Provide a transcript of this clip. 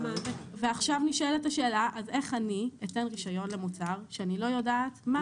ועכשיו נשאלת השאלה: אז איך אני אתן רישיון למוצר שאני לא יודעת מהו?